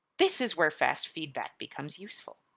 this is where fast feedback becomes useful.